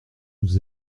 nous